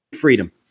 freedom